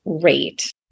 great